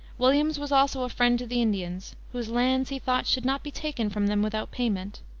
williams was also a friend to the indians, whose lands, he thought, should not be taken from them without payment,